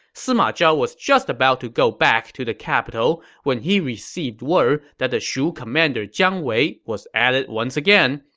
sima zhao was just about to go back to the capital when he received word that the shu commander jiang wei was at it once again,